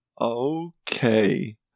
Okay